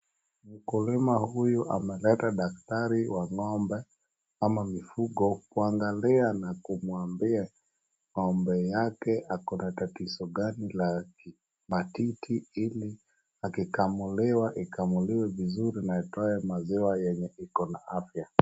Mkulima huyu ameleta daktari wa ng'ombe ama mifugo kuangalia na kumwambia ng'ombe yake ako na tatizo gani la matiti ili akikamuliwa akamuliwe vizuri na atoe maziwa yenye yako na afya.